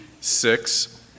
six